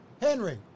Henry